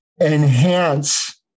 enhance